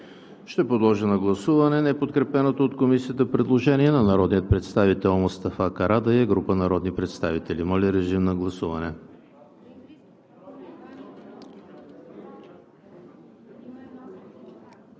Ще подложа на гласуване неподкрепеното от Комисията предложениe на народния представител Мустафа Карадайъ и група народни представители. (Реплики и уточнения.)